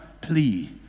plea